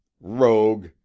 Rogue